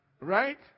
right